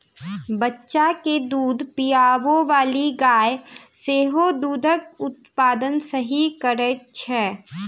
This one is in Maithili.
बच्चा के दूध पिआबैबाली गाय सेहो दूधक उत्पादन सही करैत छै